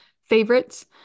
favorites